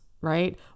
right